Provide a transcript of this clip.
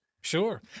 Sure